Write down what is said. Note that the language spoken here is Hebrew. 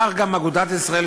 כך גם אגודת ישראל,